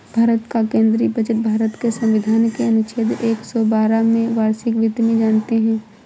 भारत का केंद्रीय बजट भारत के संविधान के अनुच्छेद एक सौ बारह में वार्षिक वित्त में जानते है